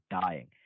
dying